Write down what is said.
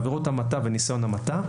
בניסיון המתה.